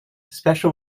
special